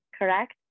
correct